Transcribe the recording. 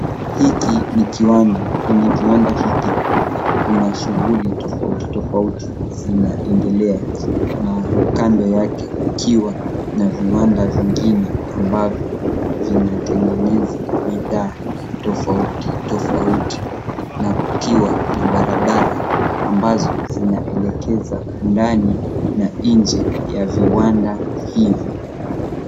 Hiki ni kiwanda. Kwenye kiwanda hiki kuna shughuli tofauti tofauti zinaendelea na kando yake kukiwa na viwanda vingine ambavyo vinatengeneza bidhaa tofauti tofauti na kukiwa na barabara ambazo zinaelekeza ndani na nje ya viwanda hivi.